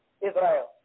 Israel